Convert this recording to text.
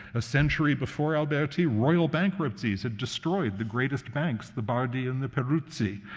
a century before alberti, royal bankruptcies had destroyed the greatest banks, the bardi and the peruzzi.